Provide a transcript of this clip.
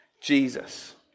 Jesus